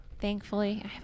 Thankfully